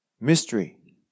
Mystery